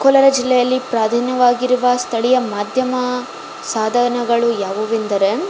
ಕೋಲಾರ ಜಿಲ್ಲೆಯಲ್ಲಿ ಪ್ರಾದಿನ್ಯವಾಗಿರುವ ಸ್ಥಳೀಯ ಮಾಧ್ಯಮ ಸಾಧನಗಳು ಯಾವುವೆಂದರೆ